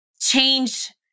change